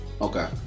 Okay